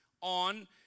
on